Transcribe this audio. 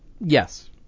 yes